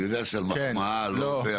אני יודע שזו מחמאה וכל זה.